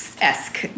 esque